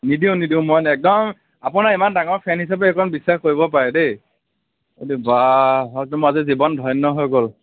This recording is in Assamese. নিদিওঁ নিদিওঁ মই একদম আপোনাৰ ইমান ডাঙৰ ফেন হিচাপে সেইকণ বিশ্ৱাস কৰিব পাৰে দেই এইটো বাহ হয়টো মোৰ আজি জীৱন ধন্য হৈ গ'ল